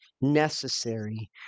necessary